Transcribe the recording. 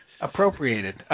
Appropriated